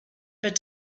but